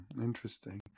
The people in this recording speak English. Interesting